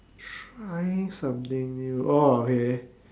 try something new orh okay